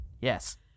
yes